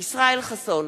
ישראל חסון,